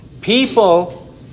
People